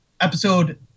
episode